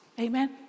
Amen